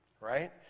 right